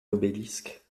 obélisque